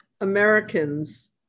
Americans